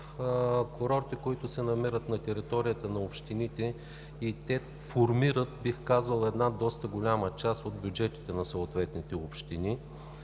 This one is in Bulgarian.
курортите, които се намират на територията на общините и те формират, бих казал, една доста голяма част от бюджетите на съответните общини.